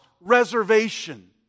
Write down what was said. reservation